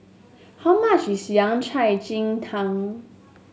how much is cai Ji Tang